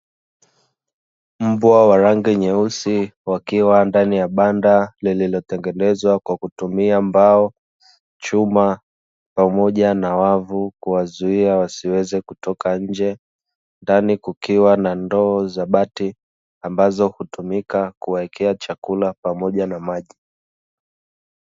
Mbwa wa rangi nyeusi wakiwa ndani ya banda lililotengenezwa kwa kutumia mbao, chuma, pamoja na wavu kuwazuia kutoka nje, ndani kukiwa na ndoo za bati, ambazo hutumika kuwawekea chakula pamoja na maji.